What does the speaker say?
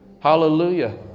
hallelujah